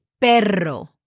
perro